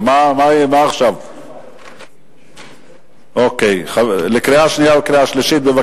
התשע"א 2011, לקריאה שנייה ולקריאה שלישית.